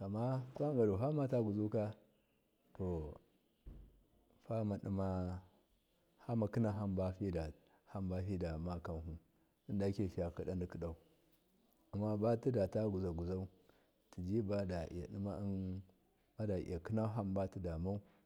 amna kwadigadu famalaguzuka to famadima kina hambafada takanhu dake fiyakidadekidau ammabatidaguzaguzau tijiba tida kina hamba tudamau.